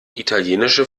italienische